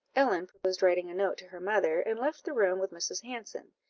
ellen proposed writing a note to her mother, and left the room with mrs. hanson,